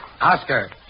Oscar